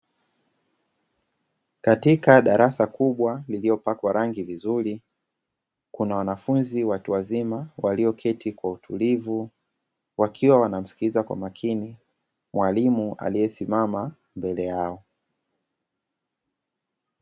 Katika darasa kubwa lililopakwa rangi vizuri, kuna wanafunzi watu wazima walioketi kwa utulivu wakiwa wanamsikiliza mwalimu aliesimama mbele yao